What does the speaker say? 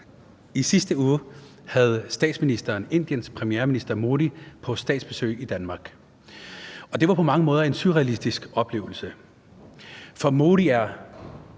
I sidste uge havde statsministeren Indiens premierminister Modi på statsbesøg i Danmark, og det var på mange måder en surrealistisk oplevelse, for Modi er